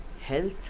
health